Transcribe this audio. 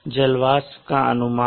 जल वाष्प का अनुमान